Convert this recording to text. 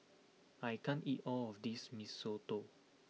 I can't eat all of this Mee Soto